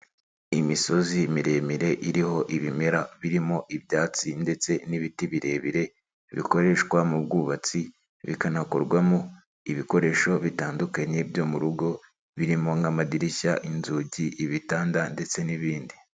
Imisozi miremire iriho ibimera birimo ibyatsi ndetse n'ibiti birebire bikoreshwa mu bwubatsi, bikanakorwamo ibikoresho bitandukanye byo mu rugo birimo nk'amadirishya, inzugi, ibitanda ndetse n'ibindi.